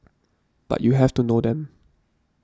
but you have to know them